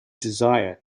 desire